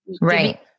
right